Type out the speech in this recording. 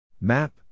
Map